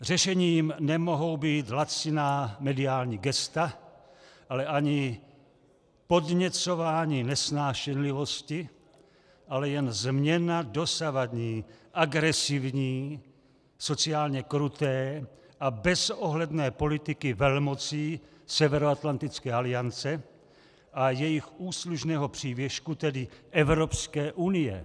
Řešením nemohou být laciná mediální gesta, ale ani podněcování nesnášenlivosti, ale jen změna dosavadní agresivní, sociálně kruté a bezohledné politiky velmocí Severoatlantické aliance a jejich úslužného přívěšku, tedy Evropské unie.